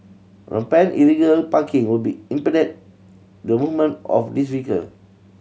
rampant illegal parking will be impede the movement of these vehicle